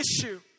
issue